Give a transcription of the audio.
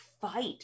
fight